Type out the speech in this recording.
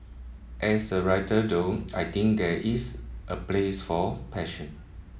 as a writer though I think there is a place for passion